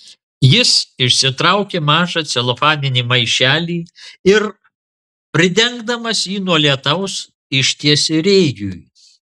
jis išsitraukė mažą celofaninį maišelį ir pridengdamas jį nuo lietaus ištiesė rėjui